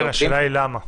כן, השאלה היא למה.